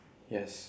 yes